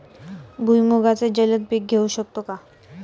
भुईमुगाचे जलद पीक घेऊ शकतो का?